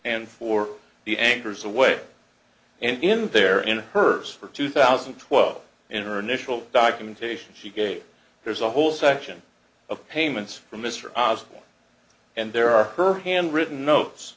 and for the anchors away and in there in hers for two thousand and twelve international documentation she gave there's a whole section of payments for mr oz and there are her hand written notes